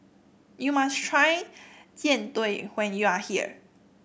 you must try Jian Dui when you are here